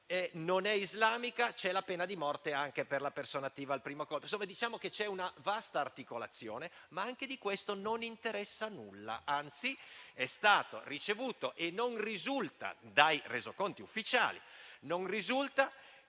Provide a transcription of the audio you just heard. non è islamica, c'è subito la pena di morte anche per la persona attiva. Diciamo che c'è una vasta articolazione. Ma anche di questo non interessa nulla; anzi, è stato ricevuto e non risulta dai resoconti ufficiali che il